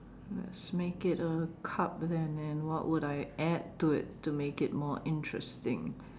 let's make it a cup then and what would I add to it to make it more interesting